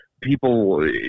people